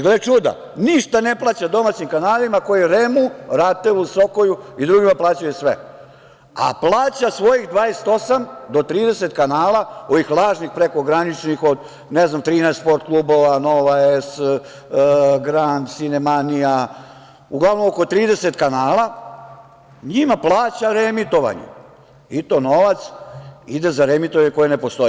Gle čuda, ništa ne plaća domaćim kanalima koje REM-u, RATEL-u, SOKOJ-u i drugima plaćaju sve, a plaća svojih 28 do 30 kanala, ovih lažnih prekograničnih od 13 sport klubova, Nova S, Grand, Sinemanija, uglavnom oko 30 kanala, njima plaća reemitovanje i to novac ide za reemitovanje koje ne postoji.